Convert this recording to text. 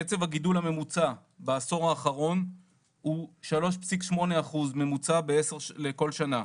קצב הגידול הממוצע בעשור האחרון הוא 3.8% ממוצע לכל שנה,